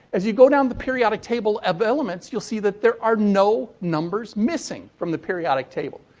as you go down the periodic table of elements, you'll see that there are no numbers missing from the periodic table.